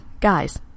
Guys